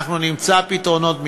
אנחנו נמצא פתרונות.